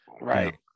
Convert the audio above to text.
right